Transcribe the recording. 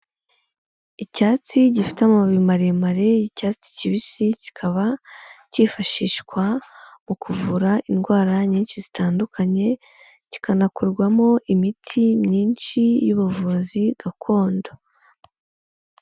Icyatsi gifite amababi maremare y'icyatsi kibisi, kikaba cyifashishwa mu kuvura indwara nyinshi zitandukanye, kikanakorwarwamo imiti myinshi y'ubuvuzi gakondo.